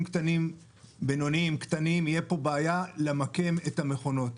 קטנים ובינוניים תהיה בעיה למקם את המכונות.